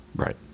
Right